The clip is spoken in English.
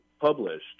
published